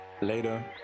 Later